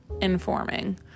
informing